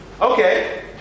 Okay